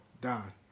Don